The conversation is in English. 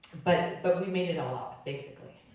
but but we made it all up basically.